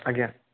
ଆଜ୍ଞା